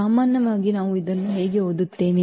ಸಾಮಾನ್ಯವಾಗಿ ನಾವು ಇದನ್ನು ಹೇಗೆ ಓದುತ್ತೇವೆ